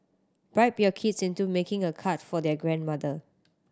bribe your kids into making a card for their grandmother